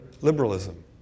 liberalism